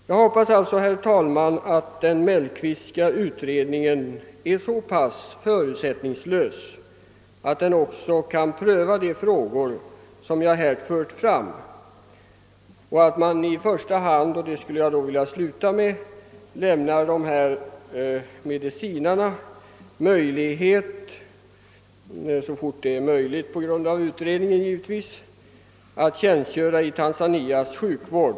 Jag hoppas, herr talman, att den utredning som verkställs av riksdagsman Mellqvist är så förutsättningslös, att man också kan pröva de frågor som jag här tagit upp, i första hand att ge de medicinare det här gäller möjlighet att tjänstgöra i Tanzanias sjukvård.